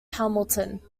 hamilton